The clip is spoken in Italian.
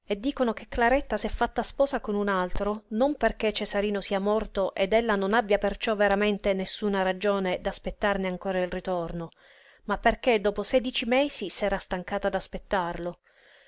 dicono che claretta s'è fatta sposa con un altro non perché cesarino sia morto ed ella non abbia perciò veramente nessuna ragione piú d'aspettarne ancora il ritorno ma perché dopo sedici mesi s'è stancata d'aspettarlo